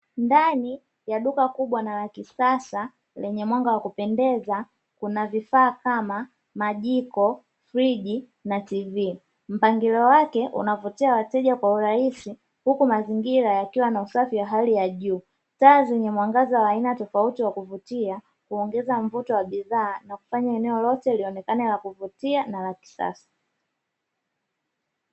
Ndani ya duka kubwa na la kisasa lenye mwanga wa kupendeza kuna vifaa kama majiko ,friji na tv ,mpangilio wake unavutia wateja kwa urahisi huku mazingira yakiwa na usafi wa hali ya juu taa zenye mwangaza wa aina tofauti wa kuvutia huongeza mvuto wa bidhaa na kufanya eneo lote lionekana la kuvutia na la kisasa.